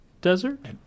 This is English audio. Desert